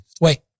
Wait